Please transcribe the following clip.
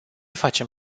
facem